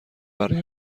برای